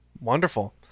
wonderful